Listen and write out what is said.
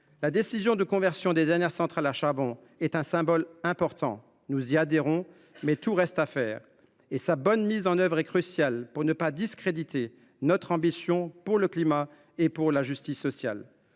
La décision de conversion des dernières centrales à charbon est un symbole important ; nous y adhérons, mais tout reste à faire et la bonne mise en œuvre de ce projet est cruciale si l’on ne veut pas discréditer notre ambition pour le climat et pour la justice sociale.